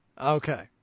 okay